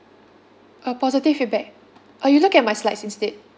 uh positive feedback uh you look at my slides instead